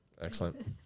excellent